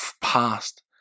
past